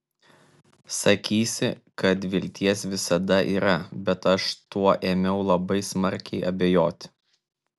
sakysi kad vilties visada yra bet aš tuo ėmiau labai smarkiai abejoti